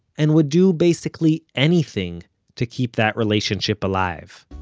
and would do basically anything to keep that relationship alive